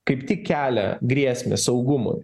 kaip tik kelia grėsmę saugumui